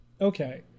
Okay